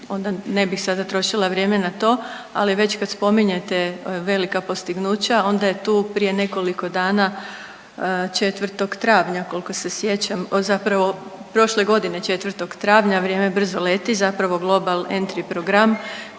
ne bih sada trošila vrijeme na to, ali već kad spominjete velika postignuća onda je tu prije nekoliko dana 4. travnja kolko se sjećam, zapravo prošle godine 4. travnja, vrijeme brzo leti, zapravo Global N3 program